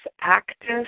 active